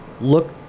Look